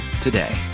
today